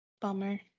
Bummer